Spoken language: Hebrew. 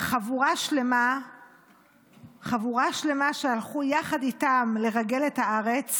חבורה שלמה שהלכו יחד איתם לרגל את הארץ,